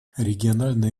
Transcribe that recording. региональная